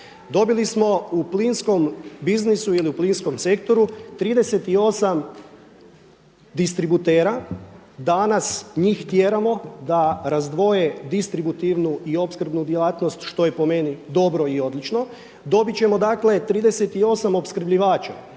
Dobili smo u plinskom biznisu ili u plinskom sektoru 38 distributera, danas njih tjeramo da razdvoje distributivnu i opskrbnu djelatnost što je po meni dobro i odlično. Dobit ćemo 38 opskrbljivača